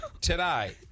Today